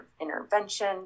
intervention